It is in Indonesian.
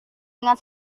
dengan